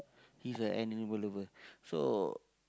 he's an animal lover so